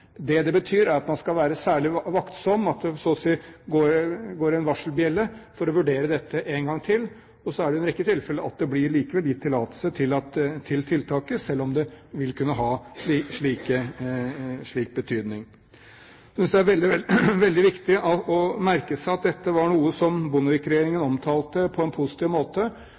Det det betyr, er at man skal være særlig vaktsom, at det så å si går en varselbjelle for å vurdere dette én gang til. Så blir det i en rekke tilfeller allikevel gitt tillatelse til tiltaket, selv om det vil kunne ha slik betydning. Jeg synes det er veldig viktig å merke seg at dette var noe som Bondevik-regjeringen omtalte på en positiv måte.